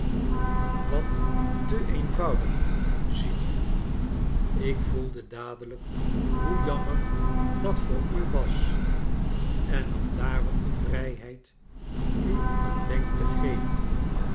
wat te eenvoudig ziet u ik voelde dadelijk hoe jammer dat voor u was en nam daarom de vrijheid u een wenk te geven